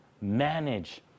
Manage